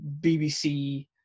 bbc